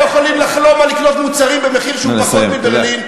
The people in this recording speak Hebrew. לא יכולים לחלום על לקנות מוצרים במחיר שהוא פחות מזה שבברלין.